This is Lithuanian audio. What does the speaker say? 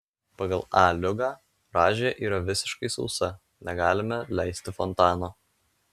pagal a liugą rąžė yra visiškai sausa negalime leisti fontano